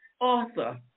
author